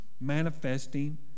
manifesting